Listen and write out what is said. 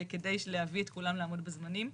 כדי להביא את כולם לעמוד בזמנים.